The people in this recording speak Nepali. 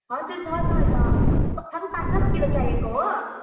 हजुर छ छ छ सबै पाँच पाँच किलो चाहिएको हो